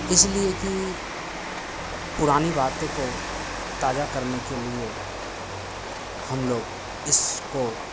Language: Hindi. इसलिए की पुरानी बातों को ताज़ा करने के लिए हम लोग इसको